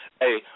hey